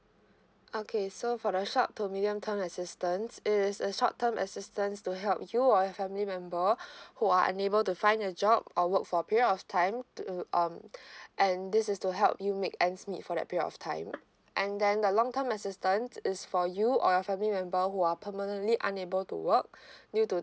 okay so for the short to medium term assistance is a short term assistance to help you or your family member who are unable to find a job or work for a period of time to um and this is to help you make for that period of time and then the long term assistance is for you or your family member who are permanently unable to work due to